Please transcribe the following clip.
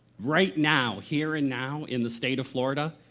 right now, here and now, in the state of florida,